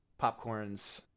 popcorns